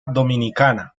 dominicana